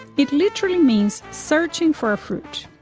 it literally means searching for a fruit.